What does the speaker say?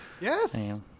Yes